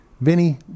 Vinny